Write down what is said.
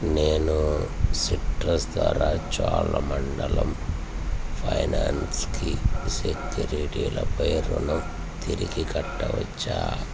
నేను సిట్రస్ ద్వారా చోళమండలం ఫైనాన్స్కి నా సెక్యూరిటీలపై రుణం తిరిగి కట్టవచ్చా